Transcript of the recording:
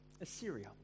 Assyria